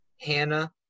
Hannah